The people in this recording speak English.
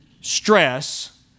stress